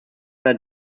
their